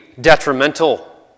detrimental